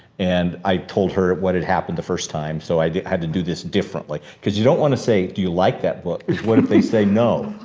and i told her what had happened the first time. so, i had to do this differently. cause you don't wanna say, do you like that book? what if they say no?